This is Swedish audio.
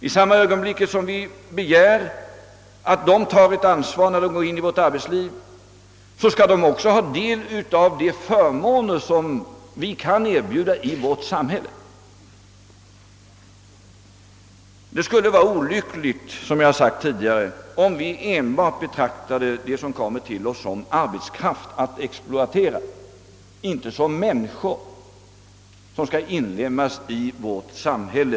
I samma ögonblick som vi begär att invandrarna tar ett ansvar när de går in i vårt arbetsliv, skall de också ha del av de förmåner som vårt samhälle kan erbjuda. Det skulle, som jag sagt tidigare, vara olyckligt om vi betraktade dem som kommer till oss enbart såsom arbetskraft att exploatera och inte som människor vilka skall inlemmas i vårt samhälle.